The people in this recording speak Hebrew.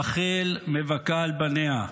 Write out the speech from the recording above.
רחל מבכה על בניה,